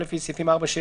סעיפים 4, 6,